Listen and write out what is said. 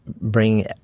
bring